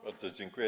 Bardzo dziękuję.